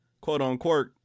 quote-unquote